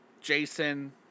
Jason